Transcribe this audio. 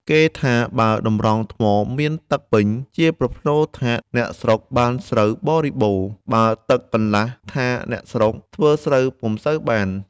គេថាបើតម្រងថ្មមានទឹកពេញ ជាប្រផ្នូលថា អ្នកស្រុកបានស្រូវបរិបូណ៌, បើទឹកកន្លះ ថា អ្នកស្រុក ធ្វើស្រូវពុំសូវបាន ។